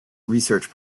research